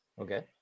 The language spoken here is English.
Okay